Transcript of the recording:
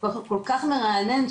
כל כך מרענן,